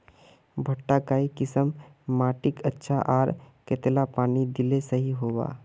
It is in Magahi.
भुट्टा काई किसम माटित अच्छा, आर कतेला पानी दिले सही होवा?